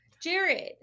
Jared